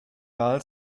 wahl